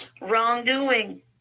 wrongdoing